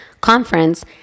conference